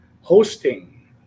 hosting